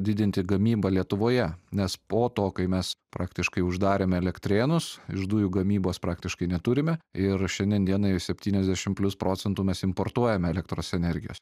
didinti gamybą lietuvoje nes po to kai mes praktiškai uždarėme elektrėnus iš dujų gamybos praktiškai neturime ir šiandien dienai septyniasdešim plius procentų mes importuojame elektros energijos